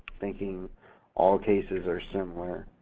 thinking all cases are similar.